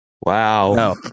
Wow